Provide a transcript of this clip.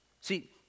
See